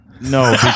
No